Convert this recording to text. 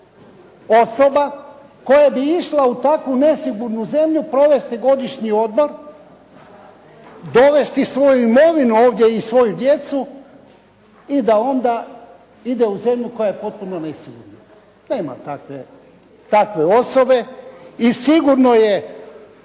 osoba koja bi išla u takvu nesigurnu zemlju provesti godišnji odmor, dovesti svoju imovinu ovdje i svoju djecu i da onda ide u zemlju koja je potpuno nesigurna. Nema takve osobe i sigurno je